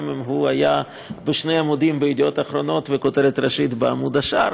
גם אם הוא היה בשני עמודים ב"ידיעות אחרונות" וכותרת ראשית בעמוד השער,